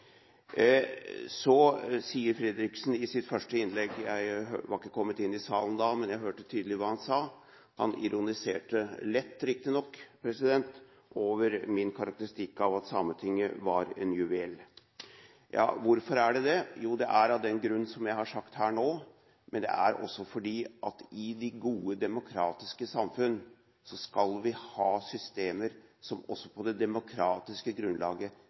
Så til Fredriksens første innlegg – jeg var ikke kommet inn i salen da, men jeg hørte tydelig hva han sa. Han ironiserte – lett, riktignok – over min karakteristikk av Sametinget som en juvel. Hvorfor er det det? Jo, det er av den grunn som jeg har nevnt her nå, men det er også fordi vi i gode demokratiske samfunn skal ha systemer som på det demokratiske grunnlaget